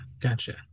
Gotcha